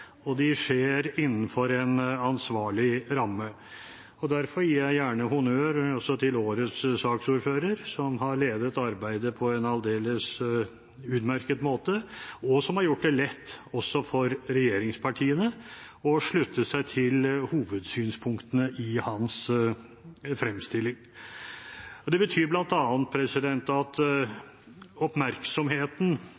og faktabasert, og de skjer innenfor en ansvarlig ramme. Derfor gir jeg gjerne honnør til årets saksordfører, som har ledet arbeidet på en aldeles utmerket måte, og som har gjort det lett også for regjeringspartiene å slutte seg til hovedsynspunktene i hans fremstilling. Det betyr bl.a. at oppmerksomheten og vektleggingen av fondet som finansiell investor står fast, at